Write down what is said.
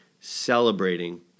celebrating